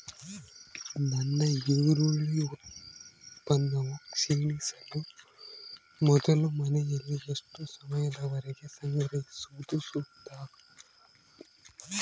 ನನ್ನ ಈರುಳ್ಳಿ ಉತ್ಪನ್ನವು ಕ್ಷೇಣಿಸುವ ಮೊದಲು ಮನೆಯಲ್ಲಿ ಎಷ್ಟು ಸಮಯದವರೆಗೆ ಸಂಗ್ರಹಿಸುವುದು ಸೂಕ್ತ?